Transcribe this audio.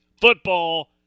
football